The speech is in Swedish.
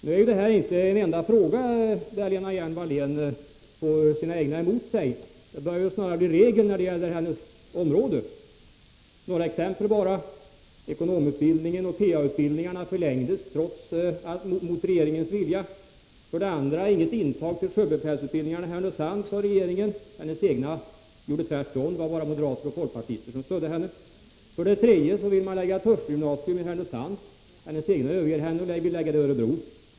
Det här är inte den enda fråga där Lena Hjelm-Wallén får sina egna emot sig, utan det börjar snarare bli regel när det gäller hennes område. Några exempel bara: 2. Inget intag till sjöbefälsutbildningarna i Härnösand, sade utbildningsministern, men hennes egna gjorde tvärtom. Det var bara moderater och folkpartister som stödde henne. 3. Utbildningsministern vill lägga ett hörselgymnasium i Härnösand. Hennes egna överger henne och vill lägga det i Örebro.